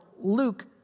Luke